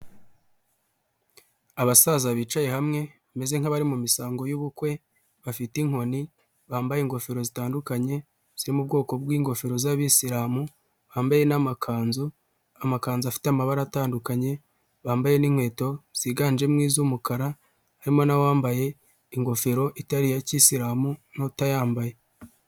Abasaza bicaye hamwe bameze nk'abari mu misango y'ubukwe, bafite inkoni, bambaye ingofero zitandukanye ziri mu bwoko bw'ingofero z'abisilamu, bambaye n'amakanzu, amakanzu afite amabara atandukanye, bambaye n'inkweto ziganjemo iz'umukara harimo n'uwambaye ingofero itari iya kiyisilamu n'utayambaye.